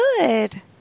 Good